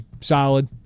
solid